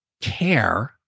care